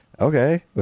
Okay